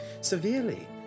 severely